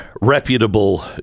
reputable